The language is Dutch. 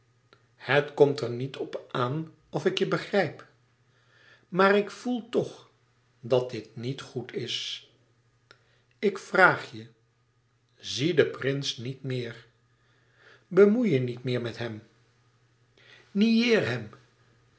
het komt er niet op aan of ik je begrijp maar ik voel toch dat dit niet goed is ik vraag je zie den prins niet meer bemoei je niet meer met hem nieer hem